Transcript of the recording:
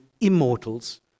immortals